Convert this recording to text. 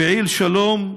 פעיל שלום,